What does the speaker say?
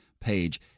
page